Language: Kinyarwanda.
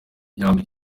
yambika